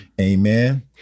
Amen